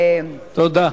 היא לא קשובה, תודה.